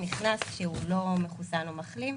נכנס כשהוא לא מחוסן או מחלים.